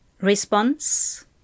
Response